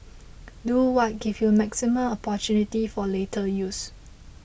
do what gives you maximum opportunities for later use